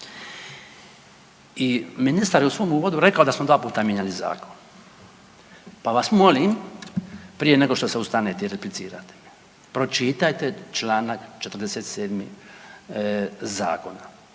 I ministar je u svom uvodu rekao da smo dva puta mijenjali zakon, pa vas molim prije nego što se ustanete i replicirate me, pročitajte čl.47. zakona